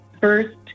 first